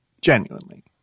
genuinely